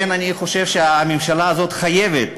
אני חושב שהממשלה הזאת חייבת,